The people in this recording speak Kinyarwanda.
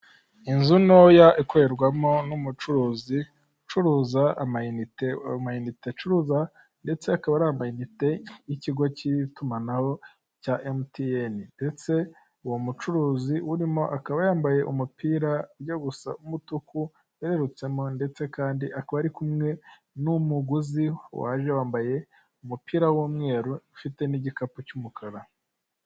Inzu ntoya ikorerwamo n'umucuruzi ucuruza ama inite, ayo ma inite acuruza ndetse akaba ari ama inite y' ikigo cy' itumanaho cya emutiyene. Ndetse uwo mucuruzi urimo akaba yambaye umupira ujya gusa umutuku, werurutsemo ndetse kandi akaba ari kumwe n'umuguzi waje wambaye umupira w'umweru. Ufite n'igikapu cy'umukara.